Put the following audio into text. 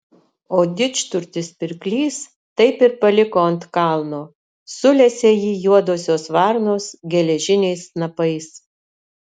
o didžturtis pirklys taip ir paliko ant kalno sulesė jį juodosios varnos geležiniais snapais